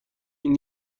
این